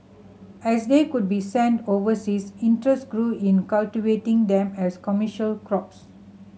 as they could be sent overseas interest grew in cultivating them as commercial crops